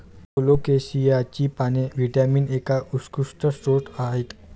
कोलोकेसियाची पाने व्हिटॅमिन एचा उत्कृष्ट स्रोत आहेत